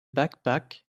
backpack